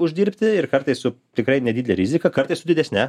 uždirbti ir kartais su tikrai nedidele rizika kartais su didesne